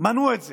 מנעו את זה.